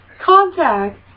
Contact